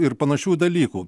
ir panašių dalykų